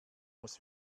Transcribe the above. muss